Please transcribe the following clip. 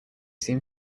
seem